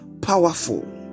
powerful